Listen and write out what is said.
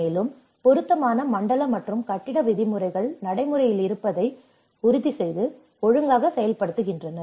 மேலும் பொருத்தமான மண்டல மற்றும் கட்டிட விதிமுறைகள் நடைமுறையில் இருப்பதை உறுதிசெய்து ஒழுங்காக செயல்படுத்தப்படுகின்றன